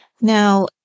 Now